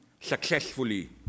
successfully